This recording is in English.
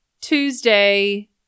Tuesday